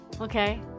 okay